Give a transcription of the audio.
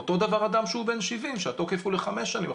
אותו דבר אדם שהוא בן 70 שהתוקף הוא לחמש שנים.